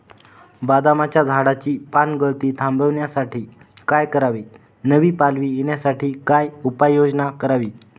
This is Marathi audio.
बदामाच्या झाडाची पानगळती थांबवण्यासाठी काय करावे? नवी पालवी येण्यासाठी काय उपाययोजना करावी?